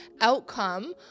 outcome